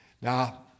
Now